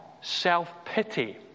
self-pity